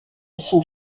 sont